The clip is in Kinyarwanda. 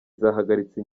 zahagaritse